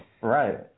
Right